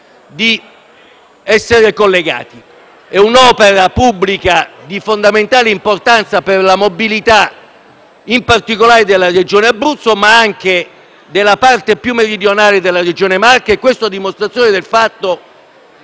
di essere collegati. Si tratta di un'opera pubblica di fondamentale importanza per la mobilità, in particolare della Regione Abruzzo, ma anche della parte più meridionale della Regione Marche e questo a dimostrazione del fatto...